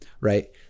right